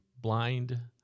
blind